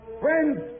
Friends